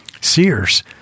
Sears